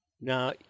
now